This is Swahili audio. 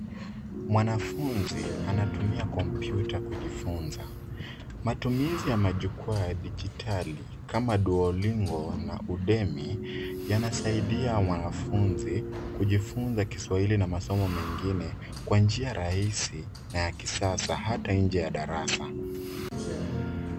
Mwanafunzi anatumia kompyuta kujifunza. Matumizi ya majukwaa ya dijitali kama duolingo na udemi yanasaidia wanafunzi kujifunza kiswahili na masomo mengine kwa njia rahisi na ya kisasa hata nje ya darasa.